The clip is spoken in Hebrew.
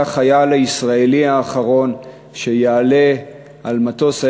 החייל הישראלי האחרון שיעלה על מטוס ה"הרקולס"